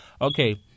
Okay